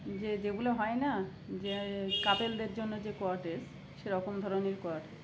যে যেগুলো হয় না যে কাপেলদের জন্য যে কোয়াটেরস সেরকম ধরনের কোয়াটেরস